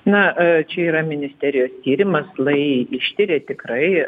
na čia yra ministerijos tyrimas lai ištiria tikrai